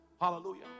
Hallelujah